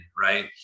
right